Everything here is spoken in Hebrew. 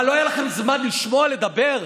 מה, לא היה לכם זמן לשמוע, לדבר?